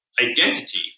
identity